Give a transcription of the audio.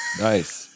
nice